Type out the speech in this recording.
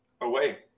away